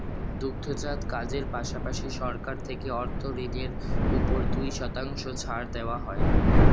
দুগ্ধজাত কাজের পাশাপাশি, সরকার থেকে অর্থ ঋণের উপর দুই শতাংশ ছাড় দেওয়া হয়